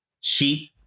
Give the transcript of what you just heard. sheep